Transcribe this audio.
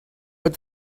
but